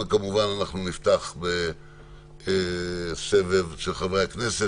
וכמובן נפתח בסבב של חברי הכנסת.